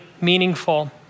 meaningful